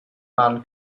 man